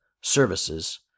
services